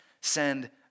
send